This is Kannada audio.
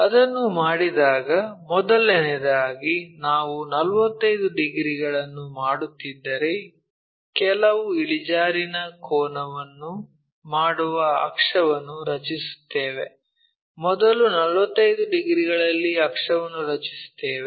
ಅದನ್ನು ಮಾಡಿದಾಗ ಮೊದಲನೆಯದಾಗಿ ನಾವು 45 ಡಿಗ್ರಿಗಳನ್ನು ಮಾಡುತ್ತಿದ್ದರೆ ಕೆಲವು ಇಳಿಜಾರಿನ ಕೋನವನ್ನು ಮಾಡುವ ಅಕ್ಷವನ್ನು ರಚಿಸುತ್ತೇವೆ ಮೊದಲು 45 ಡಿಗ್ರಿಗಳಲ್ಲಿ ಅಕ್ಷವನ್ನು ರಚಿಸುತ್ತೇವೆ